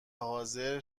حاضر